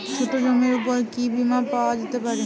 ছোট জমির উপর কি বীমা পাওয়া যেতে পারে?